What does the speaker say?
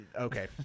Okay